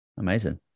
amazing